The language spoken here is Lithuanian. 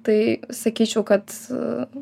tai sakyčiau kad